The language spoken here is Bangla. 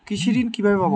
কৃষি ঋন কিভাবে পাব?